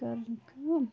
کٔرٕن کٲم